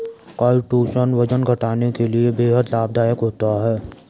chitosan वजन घटाने के लिए बेहद लाभदायक होता है